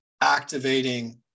activating